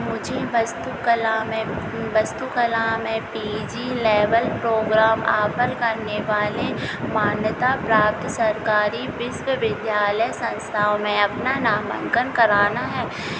मुझे वास्तुकला में वास्तुकला में P G level program offer करने वाले मान्यता प्राप्त सरकारी विश्वविद्यालय संस्थाओं में अपना नामांकन कराना है या